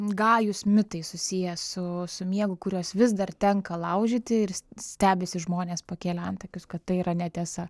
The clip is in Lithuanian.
gajūs mitai susiję su su miegu kurios vis dar tenka laužyti ir stebisi žmonės pakėlę antakius kad tai yra netiesa